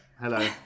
hello